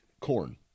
corn